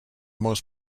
most